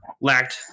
lacked